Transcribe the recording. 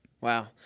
Wow